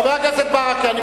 חבר הכנסת ברכה,